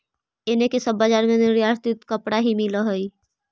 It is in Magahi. एने के सब बजार में निर्यातित कपड़ा ही मिल हई